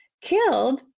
killed